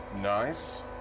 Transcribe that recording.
Nice